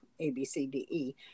ABCDE